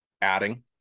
adding